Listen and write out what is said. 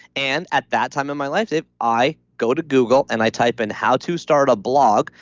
and at that time in my life if i go to google and i type in how to start a blog.